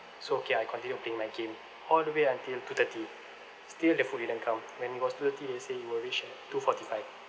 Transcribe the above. so okay I continue to play my game all the way until two thirty still the food didn't come when it was two thirty they say it will reach two forty five